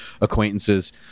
acquaintances